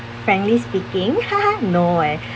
frankly speaking no eh